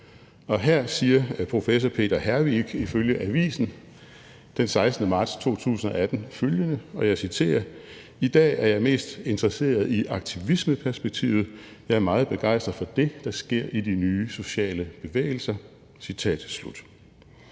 Her siger professor Peter Hervik ifølge avisen den 16. marts 2018 følgende, og jeg citerer: I dag er jeg mest interesseret i aktivismeperspektivet. Jeg er meget begejstret for det, der sker i de nye sociale bevægelser.